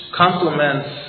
complements